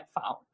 found